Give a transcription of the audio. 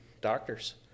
doctors